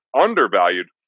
undervalued